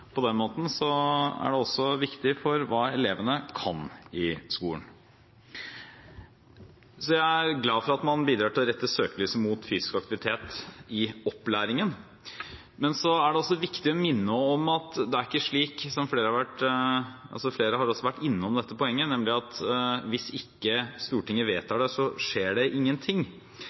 På den måten er det også viktig for hva elevene kan i skolen. Så jeg er glad for at man bidrar til å rette søkelyset mot fysisk aktivitet i opplæringen. Men det er også viktig å minne om at det ikke er slik at – og flere har vært innom dette poenget – hvis ikke Stortinget vedtar det, så skjer det ingenting.